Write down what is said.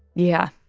yeah,